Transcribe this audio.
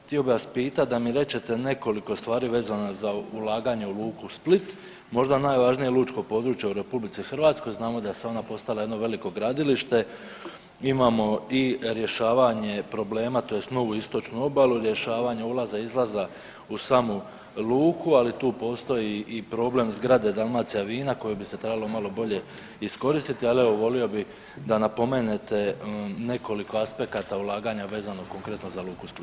Htio bih vas pitati, da mi rečete nekoliko stvari vezano za ulaganje u luku Split, možda najvažnije lučko područje u RH znamo da je sad ona postala jedno veliko gradilište, imamo i rješavanje problema tj. novu istočnu obalu, rješavanje ulaza izlaza u samu luku, ali tu postoji i problem zgrade Dalmacija vina koji bi se trebalo malo bolje iskoristiti, ali evo volio bi da napomenete nekoliko aspekata ulaganja vezano konkretno za luku Split.